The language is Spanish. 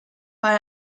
para